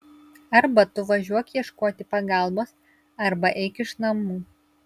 arba tu važiuok ieškoti pagalbos arba eik iš namų